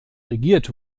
regiert